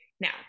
Now